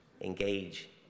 engage